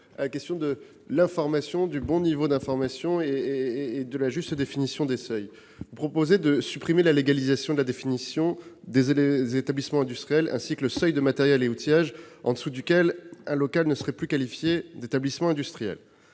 à la question du bon niveau d'information et de la juste définition des seuils. Vous proposez, monsieur le rapporteur général, de supprimer la légalisation de la définition des établissements industriels, ainsi que le seuil de matériels et outillages en dessous duquel un local ne serait plus qualifié d'établissement industriel.